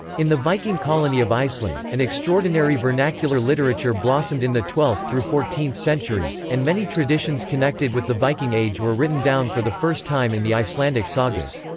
in the viking colony of iceland, an extraordinary vernacular literature blossomed in the twelfth through fourteenth centuries, and many traditions connected with the viking age were written down for the first time in the icelandic sagas.